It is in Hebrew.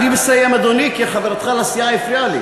אני מסיים, אדוני, כי חברתך לסיעה הפריעה לי.